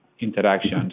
interactions